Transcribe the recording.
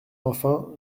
enfin